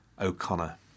O'Connor